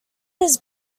his